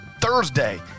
Thursday